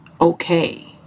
okay